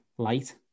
light